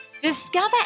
Discover